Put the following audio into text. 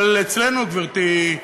אבל אצלנו, גברתי,